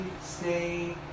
stay